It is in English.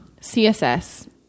CSS